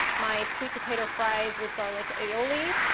my sweet potato fries with garlic aioli,